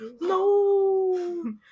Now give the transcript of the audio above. No